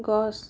গছ